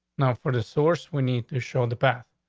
now for the source, we need to show the past.